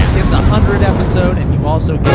it's a hundred episode and you also